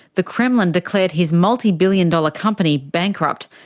the kremlin declared his multi-billion dollar company bankrupt,